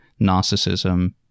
narcissism